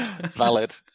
Valid